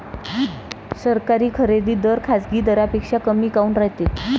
सरकारी खरेदी दर खाजगी दरापेक्षा कमी काऊन रायते?